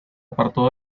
apartó